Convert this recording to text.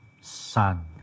Son